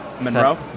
Monroe